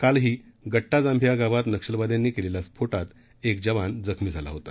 कालही गड्डा जांभिया गावात नक्षलवाद्यांनी केलेल्या स्फोटात एक जवान जखमी झाला होता